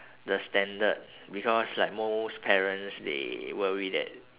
the standard because like most parents they worry that